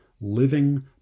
living